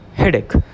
headache